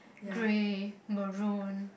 grey maroon